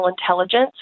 intelligence